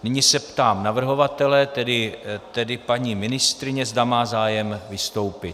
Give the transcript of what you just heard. Nyní se ptám navrhovatele, tedy paní ministryně, zda má zájem vystoupit.